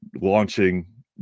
launching